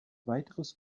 weiteres